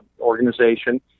organization